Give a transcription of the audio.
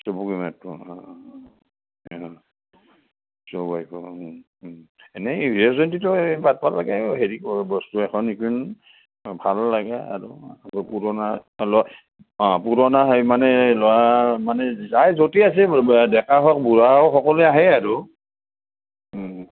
চবকে মাতিব অঁ অঁ এনেই হীৰক জয়ন্তীটো এই পাতিব লাগে আৰু হেৰি বস্তু এখন সেইখন ভাল লাগে আৰু পুৰণা অঁ পুৰণা অঁ হেৰি মানে ল'ৰা মানে যাই য'তে আছে ডেকা হওক বুঢ়া হওক সকলোৱে আহে আৰু